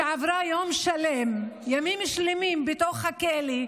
שעברה ימים שלמים בתוך הכלא,